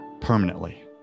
permanently